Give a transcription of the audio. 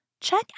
check